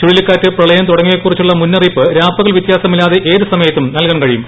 ചുഴലിക്കാറ്റ് പ്രളയം തുടങ്ങിയവയെകുറിച്ചുള്ള മുന്നറിയിപ്പ് രാപ്പകൽ വ്യത്യാസമില്ലാതെ ഏത് സമയത്തും നൽകാനാവും